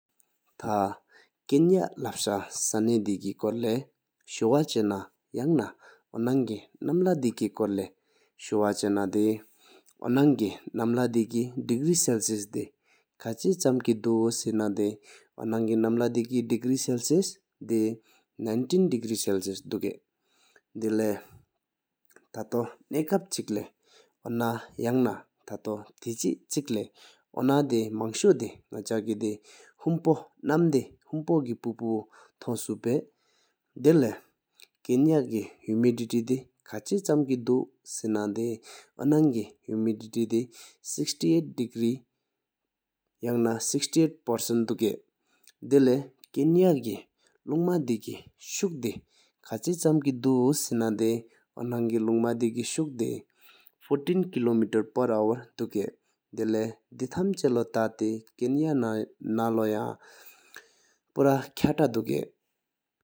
ཐ་ཀི་ཉ་ལབ་ས་སནའི་དེ་སྐེ་སྐོར་ལེ་ཤུ་བ་ཅ་ན་ཡང་ན་ཁོང་ཀི་ནམ་ལྷ་དེ་སྐེ་སྐོར་ལེ་ཤུ་བ་ཅ་ན་དེའོ་ནང་གེ་ནམ་ལྷ་དེ་སྐེ་དེ་གྲི་ཁེ་སེལསིཡས་ཁ་ཆེ་ཆམ་ཀེ་དུ་སེ་ན་དེའོ་ནང་ཀེ་ནམ་ལྷ་དེ་སྐེ་དེ་གྲི་གྷྱི་སེལསིཡས་དེ་དམང་ལྔུ་སྟོན་པ་དུ་སྐེག། དེ་ལེ་ཐ་ཐོ་ན་ཀབ་ཆིག་པ་ལེའོ་ན་དེ་སྣག་ཅ་སེ་དེ་ཧུམ་ཕོ་ནམ་སྣཌེ་ཧུམ་ཕོ་གེ་པུ་པུ་ཐོང་སུ་པཡིས་བའོ། དེ་ལེ་ཀིན་ནེ་ཀེ་ཧུ་མི་དི་དེ་ཁ་ཆེ་ཆམ་ཀེ་དུ་སེ་ན་དེའོ་ནང་གེ་སི་གྲི་སུ་གཅིས་སྭ་ཡེ་ཧེསི་ཤེལ་རྗེའོ་དག་ དེ་ལེ་ཀིན་ན་གི་ལུང་མ་དེ་སྐེ་ཞུག་པེ་ཁ་ཆེ་ཆམ་ཀེ་དུ་སེ་ན་དེའོ་ནང་གེ་ལུང་མ་དེ་སྐེ་ཞུག་༦ལྷྲི་ཨ་ཏི་ནདེ་ཕུ་ནི། དེ་ལེ་དེ་ཐམ་ཅ་ལོ་ཐི་ཀི་ཉ་ལེ་ལོ་ཡང་ཕུར་ཁ་དག་བའོ།